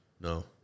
No